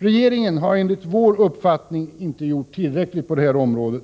Regeringen har enligt vår uppfattning inte gjort tillräckligt mycket på det här området.